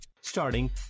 Starting